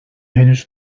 henüz